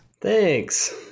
Thanks